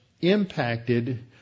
impacted